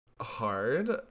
hard